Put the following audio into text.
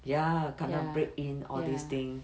ya kena break in all these thing